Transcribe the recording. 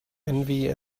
envy